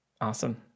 Awesome